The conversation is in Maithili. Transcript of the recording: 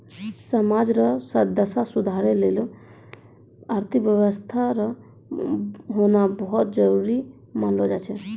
समाज रो दशा सुधारै लेली आर्थिक व्यवस्था रो होना बहुत जरूरी मानलौ जाय छै